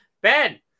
Ben